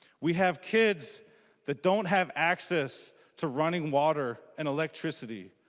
we have kids that don't have access to running water and electricity.